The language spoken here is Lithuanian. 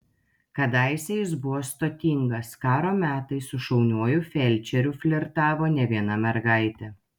kadaise jis buvo stotingas karo metais su šauniuoju felčeriu flirtavo ne viena mergaitė